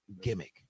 gimmick